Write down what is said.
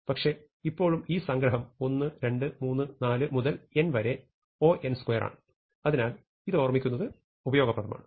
പക്ഷേ ഇപ്പോഴും ഈ സംഗ്രഹം 1 2 3 4 മുതൽ n വരെ O ആണ് അതിനാൽ ഇത് ഓർമ്മിക്കുന്നത് ഉപയോഗപ്രദമാണ്